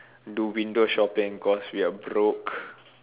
do window shopping cause we are broke